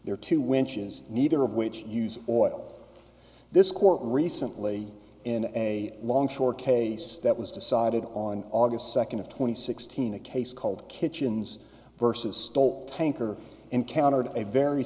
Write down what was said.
there to winch is neither of which use oil this court recently in a long shore case that was decided on august second of twenty sixteen a case called kitchens versus stolt tanker encountered a very